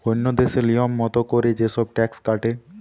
ওন্য দেশে লিয়ম মত কোরে যে সব ট্যাক্স কাটে